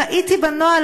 ראיתי בנוהל,